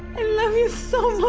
i love you so